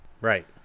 Right